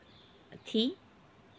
tea